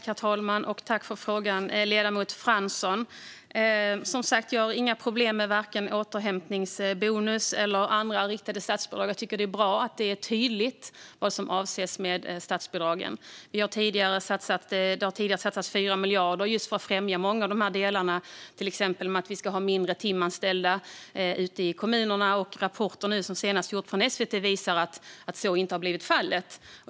Herr talman! Jag tackar ledamoten Fransson för frågan. Som sagt: Jag har inga problem med vare sig återhämtningsbonus eller andra riktade statsbidrag. Jag tycker att det är bra att det är tydligt vad som avses med statsbidragen. Det har tidigare satsats 4 miljarder just för att främja många av de här delarna, till exempel att vi ska ha färre timanställda ute i kommunerna. En undersökning som gjorts av SVT visar att så inte har blivit fallet.